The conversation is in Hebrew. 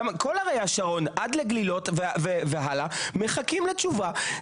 גם כל ערי השרון עד לגלילות והלאה מחכים לתשובה.